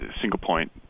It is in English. single-point